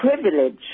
privilege